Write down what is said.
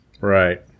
Right